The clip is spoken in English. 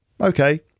Okay